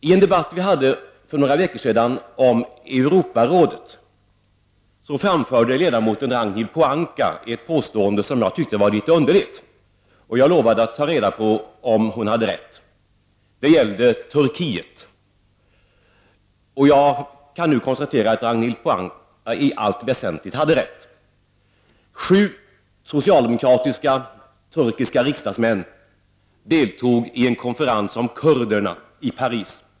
I en debatt vi för några veckor sedan förde i Europarådet framförde ledamoten Ragnhild Pohanka ett påstående som jag tyckte var litet underligt, och jag lovade då att ta reda på om hon hade rätt. Det gällde Turkiet. Jag kan nu konstatera att Ragnhild Pohanka i allt väsentligt hade rätt. Sju turkiska socialdemokratiska riksdagsmän deltog i en konferens i Paris om kurderna.